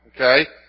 Okay